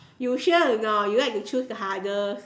you sure or not you like to choose the hardest